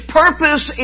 purpose